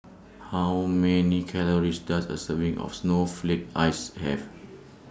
How Many Calories Does A Serving of Snowflake Ice Have